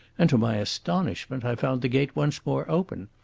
and to my astonishment i found the gate once more open.